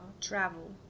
travel